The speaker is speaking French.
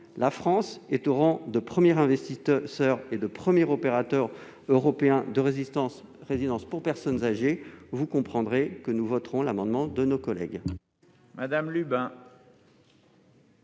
La France est le premier investisseur et le premier opérateur européen dans le secteur des résidences pour personnes âgées : vous comprendrez que nous voterons l'amendement de nos collègues.